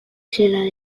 zela